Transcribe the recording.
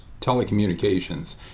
telecommunications